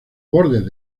bordes